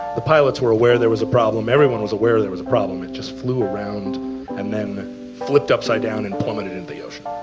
the pilots were aware there was a problem. everyone was aware there was a problem. it just flew around and then flipped upside down and plummeted into the ocean.